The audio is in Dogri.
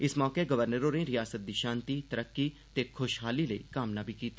इस मौके गवर्नर होरें रिआसत दी शांति तरक्की ते खुशहाली लेई कामना बी कीती